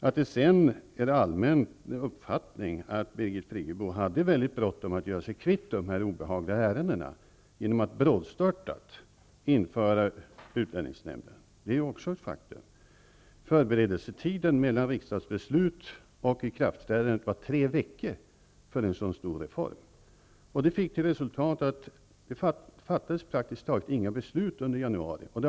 Sedan finns det en allmän uppfattning att Birgit Friggebo hade bråttom att göra sig kvitt de obehagliga ärendena genom att brådstörtat införa utlänningsnämnden. Det är ett faktum. Förberedelsetiden mellan riksdagsbeslut och ikraftträdande var tre veckor för en så stor reform. Det fick till resultat att praktiskt taget inga beslut fattades under januari månad.